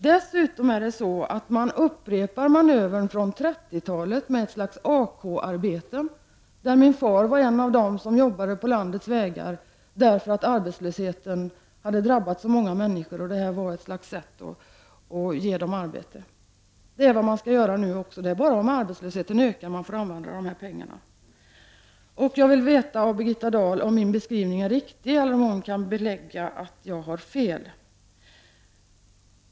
Dessutom upprepar man manövern från 30 talet, med ett slags AK-arbeten. Min far var en av dem som arbetade på landets vägar. Arbetslösheten hade drabbat så många människor, och det här var ett sätt att ge dem arbete. Det är vad man skall göra nu också. Det är bara om arbetslösheten ökar man får använda dessa pengar. Jag vill veta av Birgitta Dahl om min beskrivning är riktig eller om hon kan belägga att jag har fel.